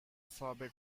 forbid